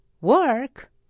work